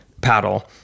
Paddle